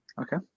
Okay